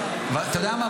אתה יודע מה?